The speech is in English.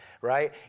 right